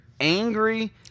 angry